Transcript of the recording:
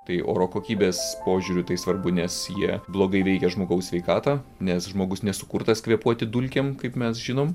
tai oro kokybės požiūriu tai svarbu nes jie blogai veikia žmogaus sveikatą nes žmogus nesukurtas kvėpuoti dulkėm kaip mes žinom